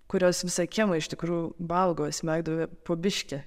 kurios visą kiemą iš tikrųjų valgo smegduobė po biškį